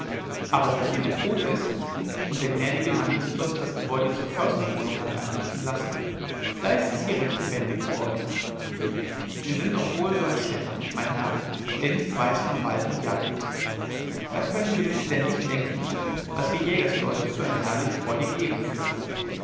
aber seitdem er tot ist und der gnädige landesfürst das gebäude zur försterwohnung einrichten lassen da ist es hier recht lebendig worden sie sind doch wohl so ein städter mein herr der nichts weiß von wald und jagdlust da können sie sich's denn nicht denken was wir jägersleute für ein herrlich freudig leben führen